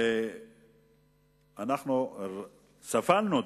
ואנחנו סבלנו,